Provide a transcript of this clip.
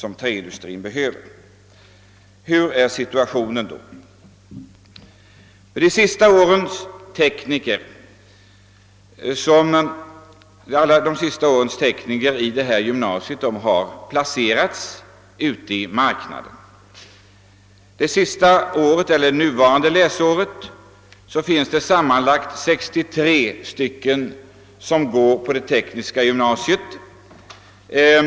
Hurudan är då situationen i dag? De tekniker som under de senaste åren examinerats från gymnasiet har placerats på marknaden. Innevarande år studerar sammanlagt 63 elever vid det tekniska gymnasiet i Jönköping.